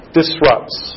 disrupts